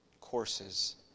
courses